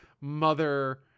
mother